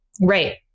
Right